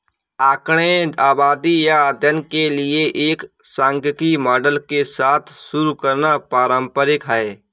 आंकड़े आबादी या अध्ययन के लिए एक सांख्यिकी मॉडल के साथ शुरू करना पारंपरिक है